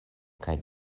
kaj